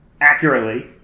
accurately